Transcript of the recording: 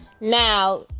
Now